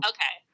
Okay